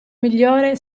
migliore